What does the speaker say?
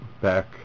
back